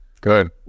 Good